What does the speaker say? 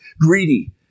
Greedy